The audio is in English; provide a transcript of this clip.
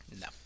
No